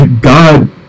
God